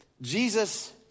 Jesus